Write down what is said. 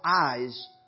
eyes